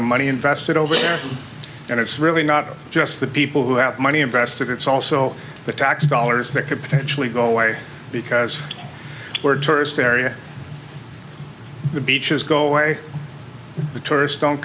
of money invested over there and it's really not just the people who have money invested it's also the tax dollars that could potentially go away because we're tourist area the beaches go away the tourists don't